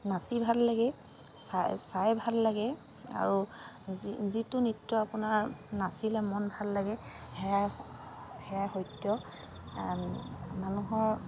নাচি ভাল লাগে চাই চাই ভাল লাগে আৰু যি যিটো নৃত্য আপোনাৰ নাচিলে মন ভাল লাগে সেয়া সেয়া সত্য মানুহৰ